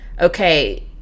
okay